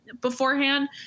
beforehand